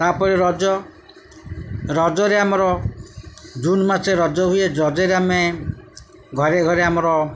ତା'ପରେ ରଜ ରଜରେ ଆମର ଜୁନ୍ ମାସେ ରଜ ହୁଏ ରଜରେ ଆମେ ଘରେ ଘରେ ଆମର